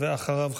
ואחריו,